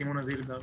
סימונה זילבר.